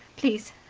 please,